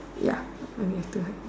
ya only have two line